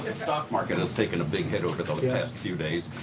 and stock market has taken a big hit over the last few days.